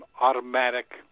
automatic